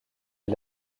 est